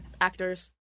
actors